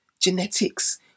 genetics